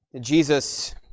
Jesus